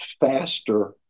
faster